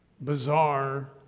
bizarre